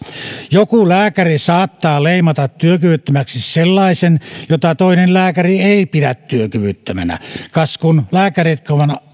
joku lääkäri saattaa leimata työkyvyttömäksi sellaisen jota toinen lääkäri ei pidä työkyvyttömänä kas kun lääkäritkin